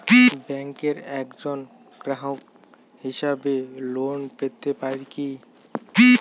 ব্যাংকের একজন গ্রাহক হিসাবে লোন পেতে পারি কি?